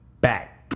back